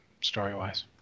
story-wise